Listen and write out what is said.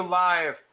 live